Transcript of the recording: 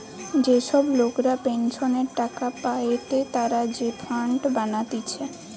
যে সব লোকরা পেনসনের টাকা পায়েটে তারা যে ফান্ড বানাতিছে